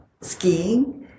skiing